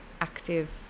active